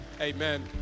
Amen